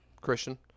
Christian